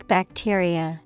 Bacteria